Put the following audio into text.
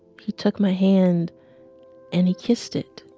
he took my hand and he kissed it.